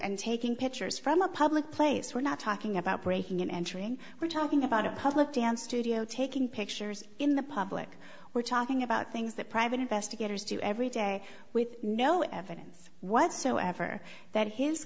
taking pictures from a public place we're not talking about breaking and entering we're talking about a public dance studio taking pictures in the public we're talking about things that private investigators do every day with no evidence whatsoever that his